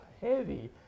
heavy